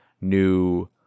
new